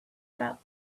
about